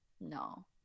No